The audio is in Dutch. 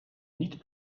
niet